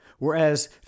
Whereas